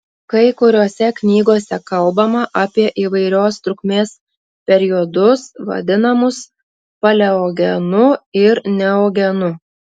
kai kuriose knygose kalbama apie įvairios trukmės periodus vadinamus paleogenu ir neogenu